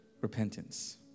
repentance